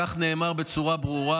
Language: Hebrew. כך נאמר בצורה ברורה,